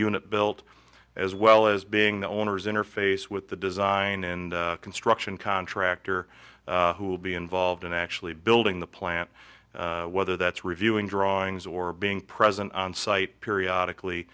unit built as well as being the owner's interface with the design and construction contractor who will be involved in actually building the plant whether that's reviewing drawings or being present on site periodic